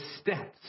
steps